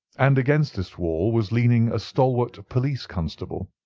and against this wall was leaning a stalwart police constable,